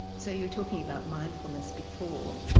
so you were talking about mindfulness before,